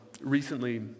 recently